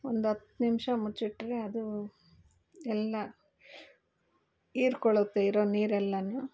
ಒಂದತ್ತು ನಿಮಿಷ ಮುಚ್ಚಿಟ್ರೆ ಅದು ಎಲ್ಲ ಹೀರ್ಕೊಳ್ಳುತ್ತೆ ಇರೋ ನೀರೆಲ್ಲನು